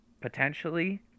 Potentially